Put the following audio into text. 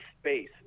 space